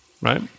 right